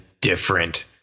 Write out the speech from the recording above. different